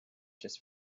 just